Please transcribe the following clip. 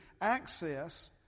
access